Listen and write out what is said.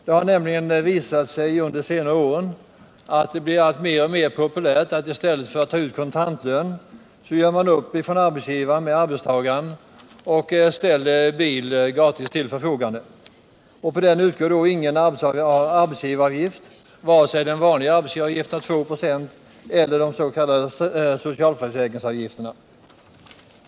Det har nämligen under de senare åren visat sig att det blir alltmer populärt att man i stället för att ta ut kontantlön gör upp med arbetsgivaren, som ställer bil gratis till förfogande. På detta utgår ingen arbetsgivaravgift, vare sig den vanliga arbetsgivaravgiften med 2 96 eller de s.k. socialförsäkringsavgifterna.